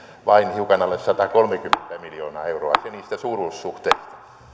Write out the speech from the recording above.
vain hiukan alle satakolmekymmentä miljoonaa euroa se niistä suuruussuhteista